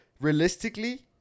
realistically